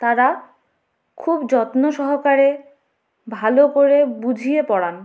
তারা খুব যত্ন সহকারে ভালো করে বুঝিয়ে পড়ান